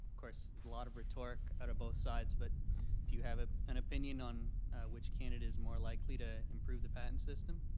course, a lot of rhetoric out of both sides, but do you have ah an opinion on which candidate is more likely to improve the patent system?